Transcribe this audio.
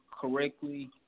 correctly